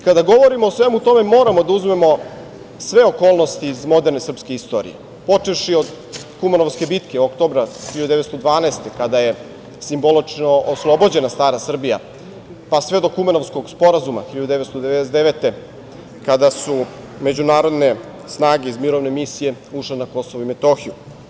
Kada govorimo o svemu tome moramo da uzmemo sve okolnosti iz moderne srpske istorije počevši od Kumanovske bitke oktobra 1912. godine kada je simbolično oslobođena stara Srbija, pa sve do Kumanovskog sporazuma 1999. godine kada su međunarodne snage iz mirovne misije ušle na Kosovo i Metohiju.